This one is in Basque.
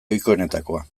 ohikoenetakoa